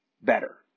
better